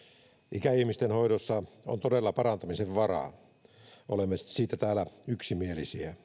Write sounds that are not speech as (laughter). ikäihmisten hoidossa on todella parantamisen varaa olemme siitä täällä yksimielisiä (unintelligible)